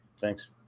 Thanks